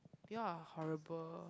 you are horrible